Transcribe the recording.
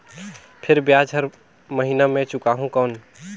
फिर ब्याज हर महीना मे चुकाहू कौन?